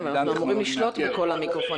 היה ומוגשת בקשה לפקיד היערות האזורי או העירוני,